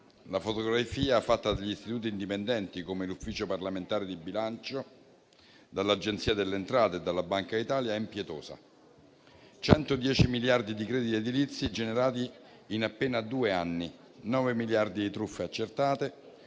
La fotografia fatta dagli istituti indipendenti, come l'ufficio parlamentare di bilancio, l'Agenzia delle entrate e la Banca d'Italia, è impietosa: 110 miliardi di crediti edilizi generati in appena due anni, 9 miliardi di truffe accertate